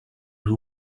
who